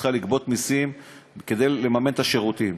צריכה לגבות מסים כדי לממן את השירותים.